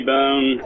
Bone